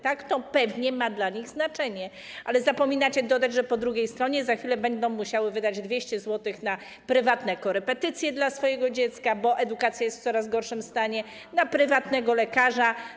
Tak, to pewnie ma dla nich znaczenie, ale zapominacie dodać, że z drugiej strony za chwilę będą musiały wydać 200 zł na prywatne korepetycje dla swoich dzieci, bo edukacja jest w coraz gorszym stanie, i na prywatnego lekarza.